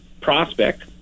prospect